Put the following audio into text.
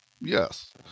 Yes